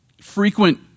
frequent